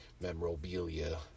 memorabilia